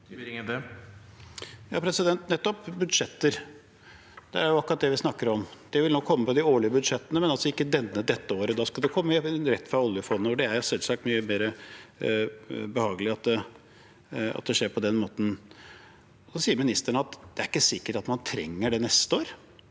Nett- opp! Budsjetter – det er akkurat det vi snakker om. Det vil komme i de årlige budsjettene, men altså ikke dette året. Nå skal det komme rett fra oljefondet, og det er selvsagt mye mer behagelig at det skjer på den måten. Ministeren sier at det er ikke sikkert at man trenger det neste år.